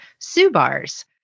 Subars